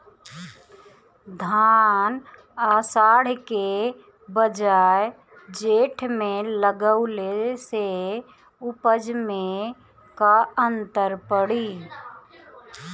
धान आषाढ़ के बजाय जेठ में लगावले से उपज में का अन्तर पड़ी?